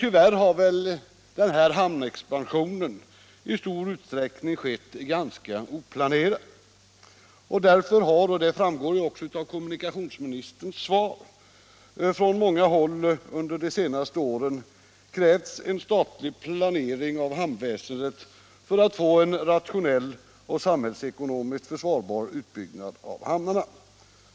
Tyvärr har denna hamnexpansion i stor utsträckning skett ganska oplanerat. Som framgår av kommunikationsministerns svar har därför från många håll under de senaste åren krävts en statlig planering av hamnväsendet för att få en rationell och samhällsekonomiskt försvarbar utbyggnad av hamnarna.